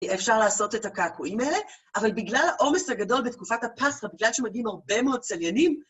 אפשר לעשות את הקעקועים האלה, אבל בגלל העומס הגדול בתקופת הפסחא, בגלל שמגיעים הרבה מאוד צליינים,